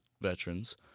veterans